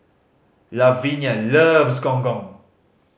Lavinia loves Gong Gong